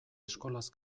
eskolaz